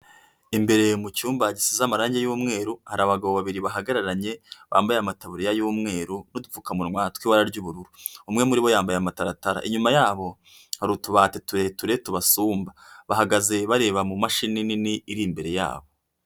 Imbere mu cyumba gisize amararangi y'umweru hari abagabo babiri bahagararanye bambaye amatabuririya y'umweru n'udupfukamunwa tw'ibara ry'ubururu, umwe muri bo yambaye amataratara. Inyuma yabo hari utubati tureture tubasumba bahagaze bareba mu mashini nini iri imbere yabo.